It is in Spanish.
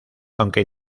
aunque